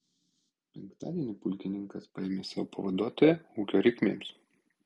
penktadienį pulkininkas paėmė savo pavaduotoją ūkio reikmėms